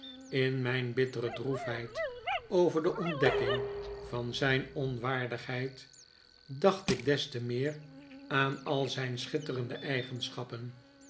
in mijn bittere droefheid over de ontdekking van zijn onwaardigheid dacht ik des te meer aan al zijn schitterende eigenschappen